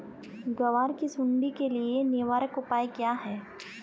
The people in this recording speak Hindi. ग्वार की सुंडी के लिए निवारक उपाय क्या है?